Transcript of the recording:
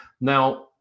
Now